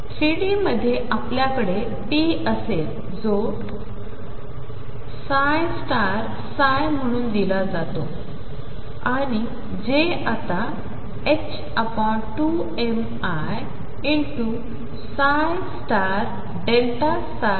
3D मध्येआपल्याकडे ρ असेलजोψ म्हणूनदिलाजातोआणिjआता2mi∇ψ ψ∇